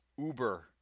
uber